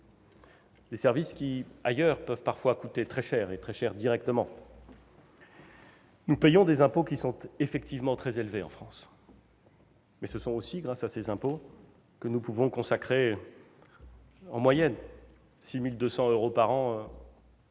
Des services qui, ailleurs, peuvent parfois coûter très cher, et très cher directement. En France, nous payons des impôts effectivement très élevés. Mais c'est aussi grâce à ces impôts que nous pouvons consacrer, en moyenne, 6 200 euros par an